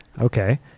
Okay